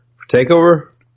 Takeover